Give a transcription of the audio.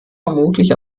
vermutlich